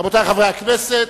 רבותי חברי הכנסת,